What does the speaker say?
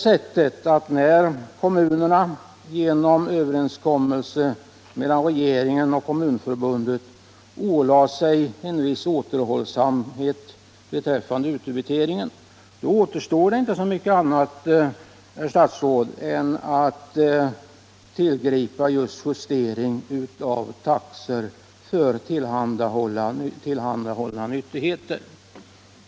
Sedan kommunerna genom överenskommelser mellan regeringen och Kommunförbundet ålagt sig en viss återhållsamhet beträffande utdebiteringen återstår inte så mycket annat, herr statsråd, än att just tillgripa justering av taxor för tillhandahållna nyttigheter om kommunerna vill öka sina inkåmster.